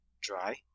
dry